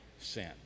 sin